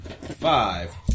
Five